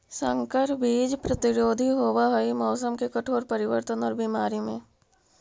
संकर बीज प्रतिरोधी होव हई मौसम के कठोर परिवर्तन और बीमारी में